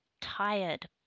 tired